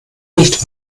nicht